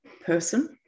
person